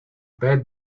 bad